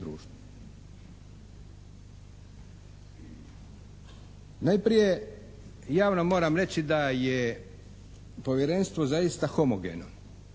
Najprije javno moram reći da je Povjerenstvo zaista homogeno.